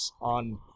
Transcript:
on